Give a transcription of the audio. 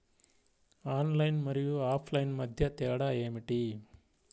Online మరియు offline మధ్య తేడా ఏమిటీ?